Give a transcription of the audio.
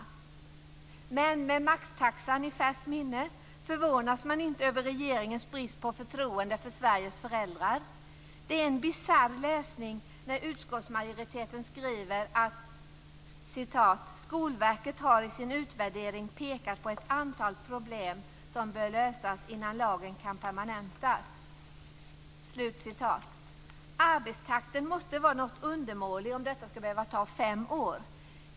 Men med maxtaxan i färskt minne förvånas man inte över regeringens brist på förtroende för Sveriges föräldrar. Det är en bisarr läsning när utskottsmajoriteten skriver att "Skolverket har i sin utvärdering pekat på ett antal problem som bör lösas innan lagen kan permanentas." Arbetstakten måste vara något undermålig om detta ska behöva ta fem år.